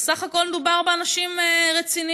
בסך הכול מדובר באנשים רציניים.